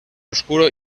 oscuro